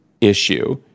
issue